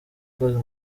close